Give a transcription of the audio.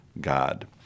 God